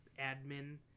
admin